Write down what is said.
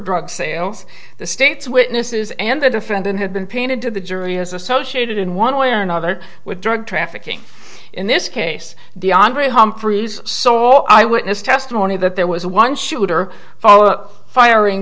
drug sales the state's witnesses and the defendant had been painted to the jury as associated in one way or another with drug trafficking in this case the andrea humphries so all i witness testimony that there was one shooter firing